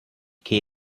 che